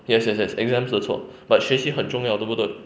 yes yes yes exams 的错 but 学习很重要对不对